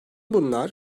bunlar